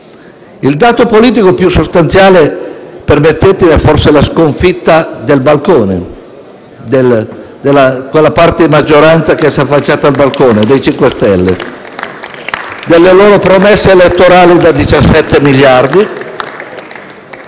Il dato politico più sostanziale - permettetemelo - è forse la sconfitta del balcone, di quella parte della maggioranza che si è affacciata al balcone, dei 5 Stelle e delle loro promesse elettorali da 17 miliardi